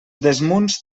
desmunts